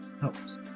helps